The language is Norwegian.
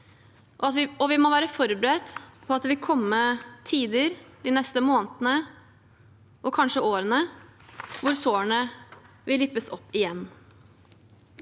og vi må være forberedt på at det vil komme tider de neste månedene og årene hvor sårene kanskje vil rippes opp igjen.